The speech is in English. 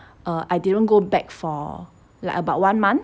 err I didn't go back for like about one month